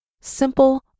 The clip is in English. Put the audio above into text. Simple